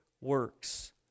works